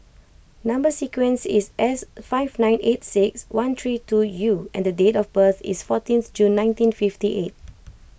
Number Sequence is S five nine eight six one three two U and the date of birth is fourteenth June nineteen fifty eight